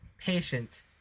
patient